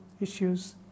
issues